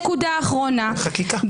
חקיקה.